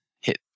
hit